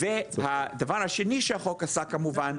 והדבר השני שהחוק עשה כמובן,